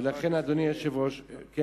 ולכן, אדוני היושב-ראש, הרב נסים.